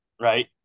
right